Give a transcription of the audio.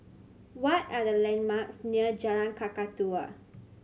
what are the landmarks near Jalan Kakatua